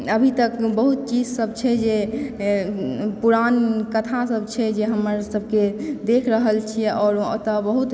अभी तक बहुत चीज सभ छै जे पुराण कथा सभ छै जे हमर सभके देख रहल छियै आओर ओतऽ बहुत